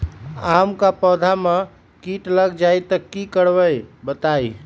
आम क पौधा म कीट लग जई त की करब बताई?